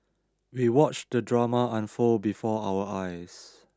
we watched the drama unfold before our eyes